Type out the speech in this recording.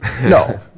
No